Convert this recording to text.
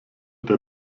der